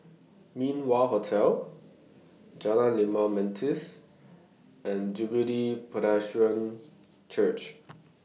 Min Wah Hotel Jalan Limau Manis and Jubilee Presbyterian Church